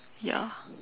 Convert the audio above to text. ya